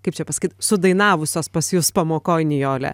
kaip čia pasakyt sudainavusios pas jus pamokoj nijole